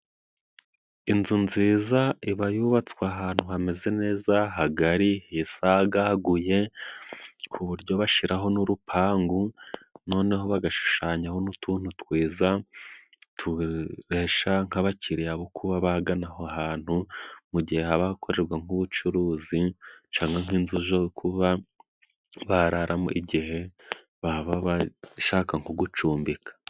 Inzu nziza iba yubatswe ahantu hameze neza hagari hisagaguye, ku buryo bashiraho n'urupangu. Noneho bagashushanyaho n'utuntu twiza turesha nk'abakiriya bo kuba bagana aho hantu, mu gihe haba hakorerwa nk'ubucuruzi cangwa nk'inzu zo kuba bararamo igihe baba bashaka nko gucumbika.